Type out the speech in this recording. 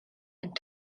and